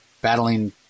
battling